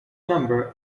number